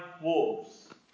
wolves